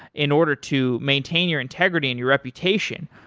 in order to maintain your integrity and your reputation,